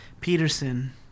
Peterson